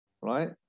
right